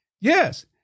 yes